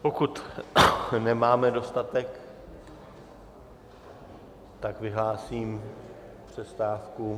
Pokud nemáme dostatek, tak vyhlásím přestávku.